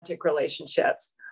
relationships